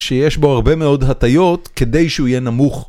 שיש בו הרבה מאוד הטיות כדי שהוא יהיה נמוך.